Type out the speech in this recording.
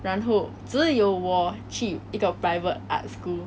然后只有我去一个 private art school